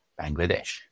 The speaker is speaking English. Bangladesh